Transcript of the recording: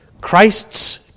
Christ's